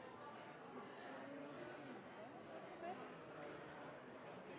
president i